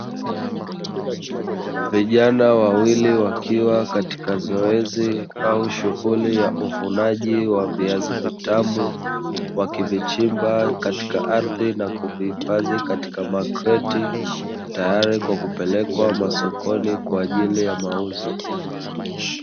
Vijana wawili wakiwa katika shughuli au zoezi la uvunaji viazi vitamu wakivichimba katika ardhi na kuvihifadhi katika makreti, tayari kwa kupeleka sokoni kwajili ya mauzo.